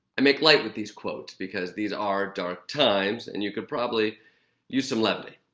i make light with these quotes because these are dark times and you could probably use some levity.